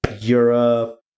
Europe